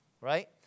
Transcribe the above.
right